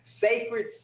sacred